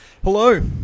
Hello